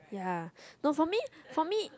ya no for me for me